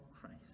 Christ